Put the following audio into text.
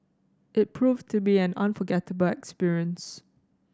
it proved to be an unforgettable experience